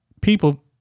people